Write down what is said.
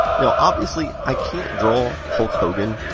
now, obviously i can't draw hulk hogan,